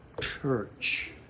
church